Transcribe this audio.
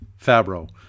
Fabro